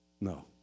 No